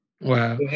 Wow